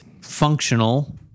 functional